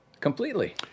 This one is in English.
completely